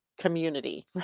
community